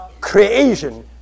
creation